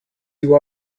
you